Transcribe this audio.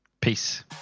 Peace